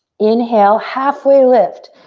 inhale, halfway lift.